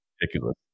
ridiculous